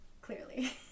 clearly